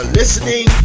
listening